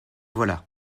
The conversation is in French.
voilà